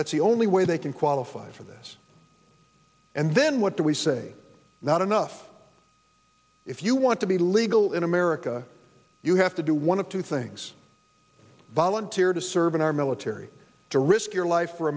that's the only way they can qualify for this and then what do we say not enough if you want to be legal in america you have to do one of two things volunteer to serve in our military to risk your life for